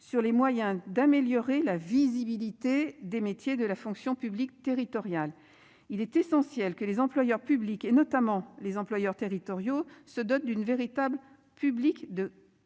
sur les moyens d'améliorer la visibilité des métiers de la fonction publique territoriale. Il est essentiel que les employeurs publics et notamment les employeurs territoriaux se dote d'une véritable public de.